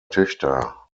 töchter